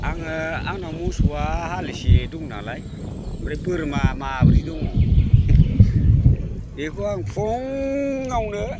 आङो आंना मोसौआ हालिसे दंनालाय ओमफ्राय बोरमा माब्रै दङ बेखौ आं फुङावनो